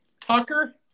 Tucker